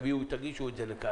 תגישו את זה לכאן,